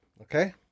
Okay